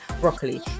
broccoli